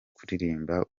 kuririmba